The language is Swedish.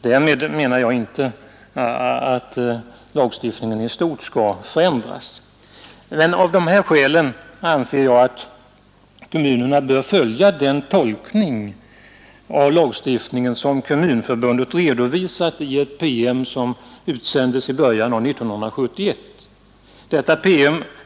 Därmed menar jag inte att lagstiftningen i stort skall förändras, men av dessa skäl anser jag att kommunerna bör följa den tolkning av lagstiftningen som Kommunförbundet redovisat i en PM som utsändes i början av 1971.